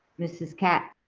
ms. katz?